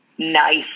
Nice